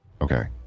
Okay